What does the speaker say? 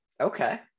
Okay